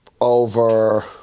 over